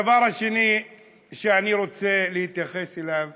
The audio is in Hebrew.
הדבר השני שאני רוצה להתייחס אליו